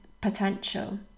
potential